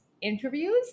interviews